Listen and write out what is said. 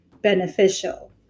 beneficial